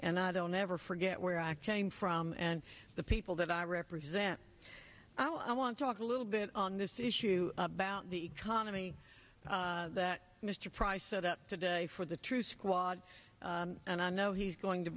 and i don't ever forget where i came from and the people that i represent i want to talk a little bit on this issue about the economy that mr price set up today for the truth squad and i know he's going to